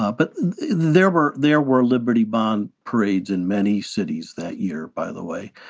ah but there were there were liberty bond parades in many cities that year, by the way.